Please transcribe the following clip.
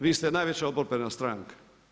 Vi ste najveća oporbena stranka.